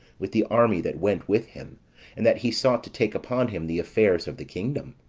with the army that went with him and that he sought to take upon him the affairs of the kingdom